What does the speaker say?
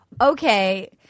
okay –